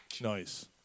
Nice